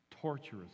torturous